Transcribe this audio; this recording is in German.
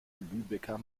lübecker